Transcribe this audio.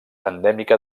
endèmica